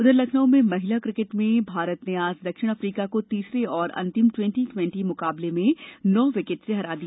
उधर लखनऊ में महिला क्रिकेट में भारत ने आज दक्षिण अफ्रीका को तीसरे और अंतिम ट्वेन्टी टवेन्टी मुकाबले में नौ विकेट से हरा दिया